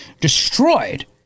destroyed